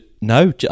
no